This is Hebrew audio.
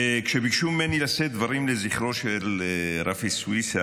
כשביקשו ממני לשאת דברים לזכרו של רפי סויסה,